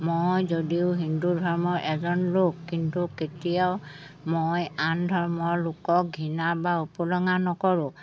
মই যদিও হিন্দু ধৰ্মৰ এজন লোক কিন্তু কেতিয়াও মই আন ধৰ্মৰ লোকক ঘৃণা বা উপলুঙা নকৰোঁ